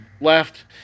left